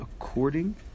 according